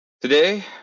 today